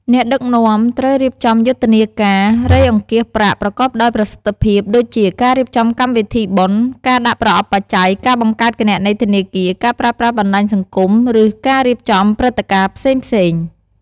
អ្នកដឹកនាំត្រូវរៀបចំយុទ្ធនាការរៃអង្គាសប្រាក់ប្រកបដោយប្រសិទ្ធភាព ដូចជា ការរៀបចំកម្មវិធីបុណ្យ ការដាក់ប្រអប់បច្ច័យ ការបង្កើតគណនីធនាគារ ការប្រើប្រាស់បណ្ដាញសង្គម ឬការរៀបចំព្រឹត្តិការណ៍ផ្សេងៗ។